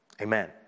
amen